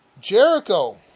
Jericho